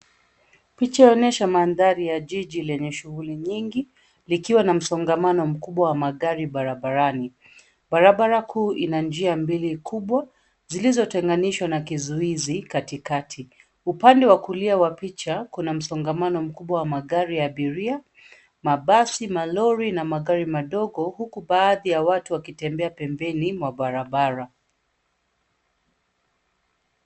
Picha inaonyesha mandhari ya jiji lenye shughuli nyingi, likiwa na msongamano mkubwa wa magari barabarani. Barabara kuu ina njia mbili kubwa zilizotenganishwa na kizuizi katikati. Upande wa kulia wa picha kuna msongamano mkubwa wa magari ya abiria, mabasi, malori na magari madogo. Huku baadhi ya watu wakitembea pembeni mwa barabara.